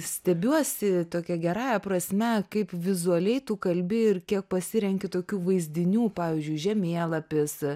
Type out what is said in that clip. stebiuosi tokia gerąja prasme kaip vizualiai tu kalbi ir kiek pasirenki tokių vaizdinių pavyzdžiui žemėlapis